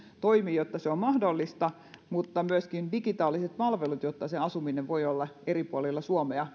jotta se on mahdollista mutta myöskin digitaaliset palvelut ovat edellytys sille että asuminen voi olla mahdollista palveluiden osalta eri puolella suomea